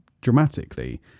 dramatically